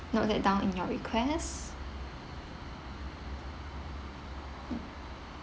note that down in your request mm